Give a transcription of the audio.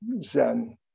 Zen